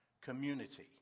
community